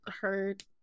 heard